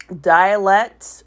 dialect